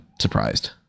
surprised